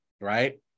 right